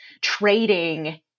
trading